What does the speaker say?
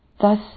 Thus